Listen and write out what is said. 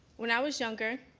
when i was younger,